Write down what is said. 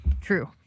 True